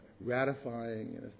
ratifying